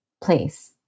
place